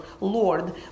Lord